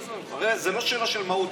עזוב, הרי זו לא שאלה של מהות.